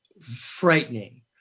frightening